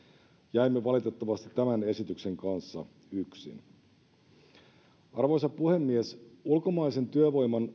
jäimme valitettavasti tämän esityksen kanssa yksin arvoisa puhemies ulkomaisen työvoiman